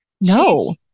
no